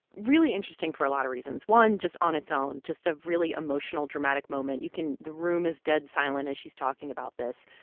really interesting for a lot of reasons one, just on its own, just a really emotional dramatic moment. you can the room is dead silent as she's talking about this.